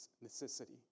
necessity